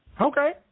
okay